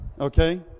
Okay